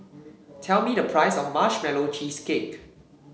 tell me the price of Marshmallow Cheesecake